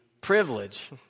privilege